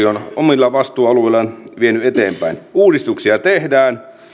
ovat sitä omilla vastuualueillaan vieneet eteenpäin uudistuksia tehdään